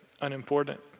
unimportant